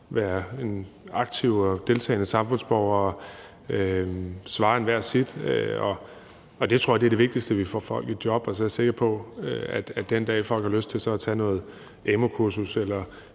være en aktiv og deltagende samfundsborger og svare enhver sit, og jeg tror, det er det vigtigste, at vi får folk i job. Og så er jeg sikker på, at folk, den dag, de har lyst til at tage et amu-kursus eller